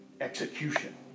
execution